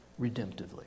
redemptively